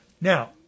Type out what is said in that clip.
Now